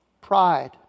pride